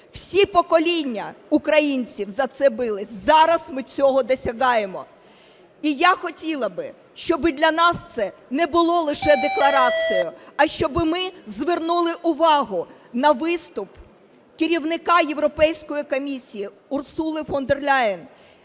Всі покоління українців за це бились. Зараз ми цього досягаємо. І я хотіла би, щоби для нас це не було лише декларацією, а щоби ми звернули увагу на виступ керівника Європейської комісії Урсули фон дер Ляйєн.